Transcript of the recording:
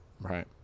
Right